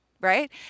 right